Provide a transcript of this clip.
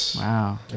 wow